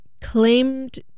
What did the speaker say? claimed